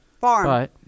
Farm